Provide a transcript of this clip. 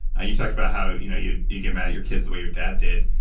ah you talk about how you know you'd you'd get mad at your kids the way your dad did.